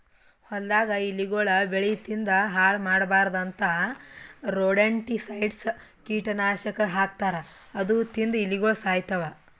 ಹೊಲ್ದಾಗ್ ಇಲಿಗೊಳ್ ಬೆಳಿ ತಿಂದ್ ಹಾಳ್ ಮಾಡ್ಬಾರ್ದ್ ಅಂತಾ ರೊಡೆಂಟಿಸೈಡ್ಸ್ ಕೀಟನಾಶಕ್ ಹಾಕ್ತಾರ್ ಅದು ತಿಂದ್ ಇಲಿಗೊಳ್ ಸಾಯ್ತವ್